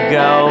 go